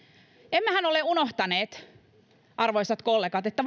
emmehän ole unohtaneet arvoisat kollegat että